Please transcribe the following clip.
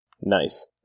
Nice